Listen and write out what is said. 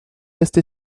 resté